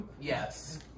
Yes